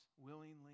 willingly